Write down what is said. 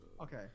Okay